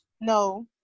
no